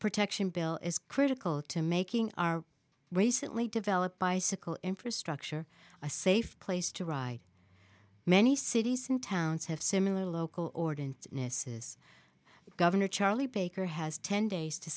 protection bill is critical to making our way certainly develop bicycle infrastructure a safe place to ride many cities and towns have similar local ordinance innes's governor charlie baker has ten days to